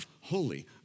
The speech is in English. holy